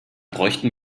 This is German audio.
bräuchten